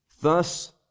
Thus